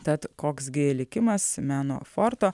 tad koks gi likimas meno forto